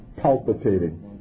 palpitating